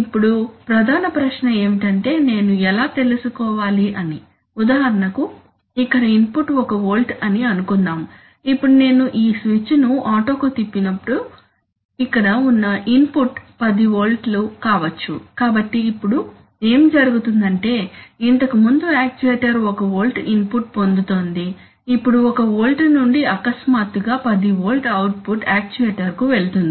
ఇప్పుడు ప్రధాన ప్రశ్న ఏమిటంటే నేను ఎలా తెలుసుకోవాలి అని ఉదాహరణకు ఇక్కడ ఇన్పుట్ 1 వోల్ట్ అని అనుకుందాం ఇప్పుడు నేను ఈ స్విచ్ను ఆటోకు తిప్పినప్పుడు ఇక్కడ ఉన్న ఇన్పుట్ 10V కావచ్చు కాబట్టి ఇప్పుడు ఏమి జరుగుతుందంటే ఇంతకుముందు యాక్చుయేటర్ 1 వోల్ట్ ఇన్పుట్ పొందుతోంది ఇప్పుడు 1 వోల్ట్ నుండి అకస్మాత్తుగా 10 వోల్ట్ అవుట్పుట్ యాక్యుయేటర్కు వెళ్తుంది